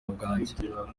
bwanjye